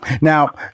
Now